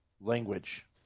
language